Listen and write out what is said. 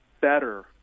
better